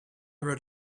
rode